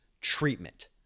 treatment